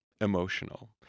emotional